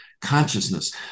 consciousness